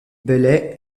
bellay